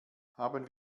haben